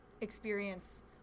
experience